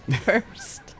first